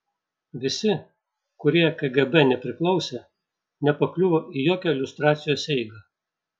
visi kurie kgb nepriklausė nepakliuvo į jokią liustracijos eigą